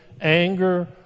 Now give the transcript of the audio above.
anger